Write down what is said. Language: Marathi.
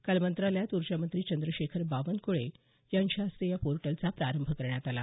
काल मंत्रालयात ऊर्जामंत्री चंद्रशेखर बावनक्ळे यांच्या हस्ते या पोर्टलचा प्रारंभ करण्यात आला